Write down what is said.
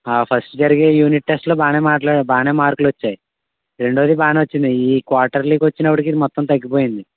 ఆ ఫస్ట్ జరిగే యూనిట్ టెస్ట్లో బాగానే మార్కులు బాగానే మార్కులు వచ్చినయ్ రెండోది బాగానే వచ్చింది ఈ క్వార్టర్లీ కొచ్చినప్పుడికి మొత్తం తగ్గిపోయింది